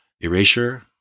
Erasure